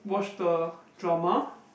watch the drama